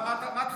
מה תחדש?